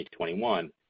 2021